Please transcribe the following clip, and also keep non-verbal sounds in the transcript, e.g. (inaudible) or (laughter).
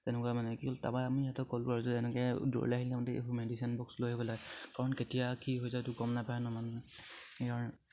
(unintelligible)